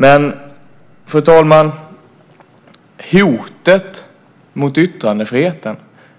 Men, fru talman, hotet mot yttrandefriheten